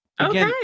Okay